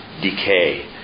decay